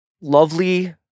lovely